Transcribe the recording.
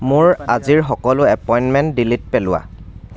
মোৰ আজিৰ সকলো এপইন্টমেণ্ট ডিলিট পেলোৱা